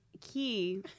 Key